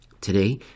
Today